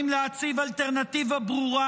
כל הכבוד למדינת ישראל שניצחה,